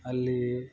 ಅಲ್ಲಿ